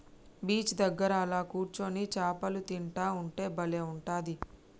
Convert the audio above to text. beach దగ్గర అలా కూర్చొని చాపలు తింటా ఉంటే బలే ఉంటది